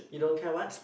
he don't care what